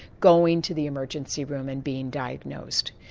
going to the emergency room and being diagnosed.